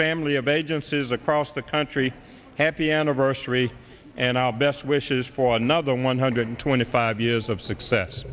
family of agencies across the country happy anniversary and our best wishes for another one hundred twenty five years of success